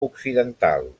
occidental